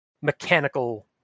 mechanical